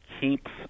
keeps